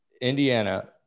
Indiana